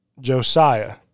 Josiah